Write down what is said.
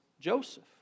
Joseph